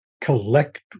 collect